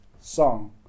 song